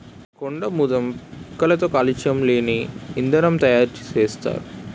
కొండాముదం పిక్కలతో కాలుష్యం లేని ఇంధనం తయారు సేత్తారు